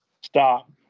Stop